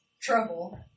trouble